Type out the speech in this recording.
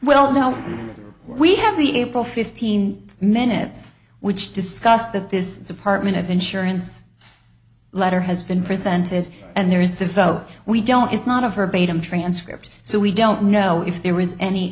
well now we have the april fifteen minutes which discussed that this department of insurance letter has been presented and there is the vote we don't it's not a verbatim transcript so we don't know if there was any